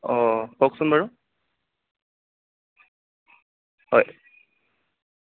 অ কওকচোন বাৰু হয়